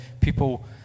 people